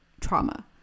trauma